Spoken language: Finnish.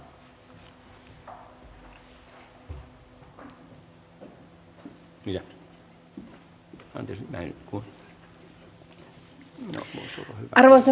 arvoisa puhemies